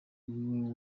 wiwe